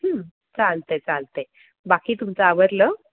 चालतं आहे चालतं आहे बाकी तुमचं आवरलं